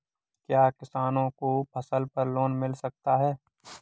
क्या किसानों को फसल पर लोन मिल सकता है?